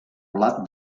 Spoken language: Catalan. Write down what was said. blat